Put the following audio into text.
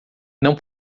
não